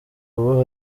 ubu